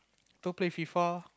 don't play FIFA